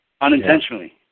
unintentionally